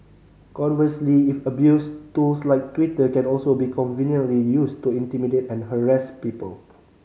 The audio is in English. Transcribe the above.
conversely if abused tools like Twitter can also be conveniently used to intimidate and harass people